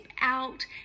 out